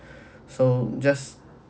so just